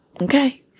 Okay